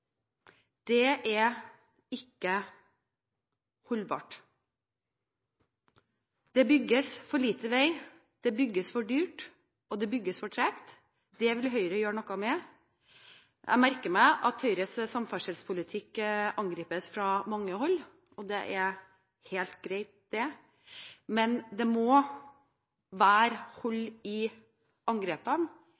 Det er ikke holdbart. Det bygges for lite vei, det bygges for dyrt, og det bygges for tregt. Det vil Høyre gjøre noe med. Jeg merker meg at Høyres samferdselspolitikk angripes fra mange hold. Det er helt greit, men det må være